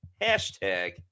Hashtag